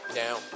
down